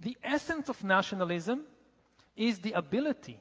the essence of nationalism is the ability